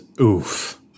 oof